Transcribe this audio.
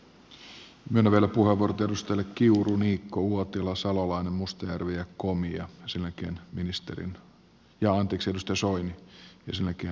myönnän vielä puheenvuorot edustajille kiuru niikko uotila salolainen mustajärvi komi ja soini ja sen jälkeen ministerin puheenvuoro